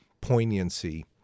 poignancy